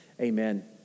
Amen